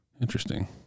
interesting